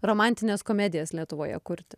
romantines komedijas lietuvoje kurti